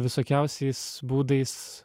visokiausiais būdais